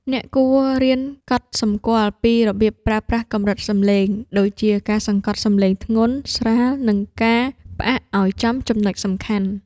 អ្នកគួររៀនកត់សម្គាល់ពីរបៀបប្រើប្រាស់កម្រិតសំឡេង ដូចជាការសង្កត់សំឡេងធ្ងន់ស្រាល និងការផ្អាកឱ្យចំចំណុចសំខាន់។